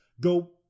go